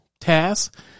tasks